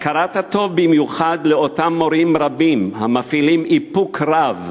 הכרת הטוב במיוחד לאותם מורים רבים המפעילים איפוק רב